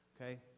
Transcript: Okay